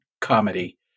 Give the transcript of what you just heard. comedy